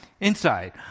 inside